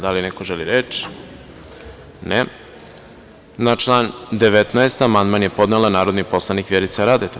Da li neko želi reč? (Ne) Na član 19. amandman je podnela narodni poslanik Vjerica Radeta.